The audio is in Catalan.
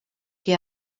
que